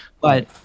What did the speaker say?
But-